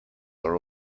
are